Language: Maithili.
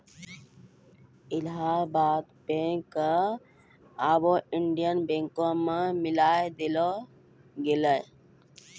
इलाहाबाद बैंक क आबै इंडियन बैंको मे मिलाय देलो गेलै